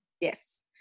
Yes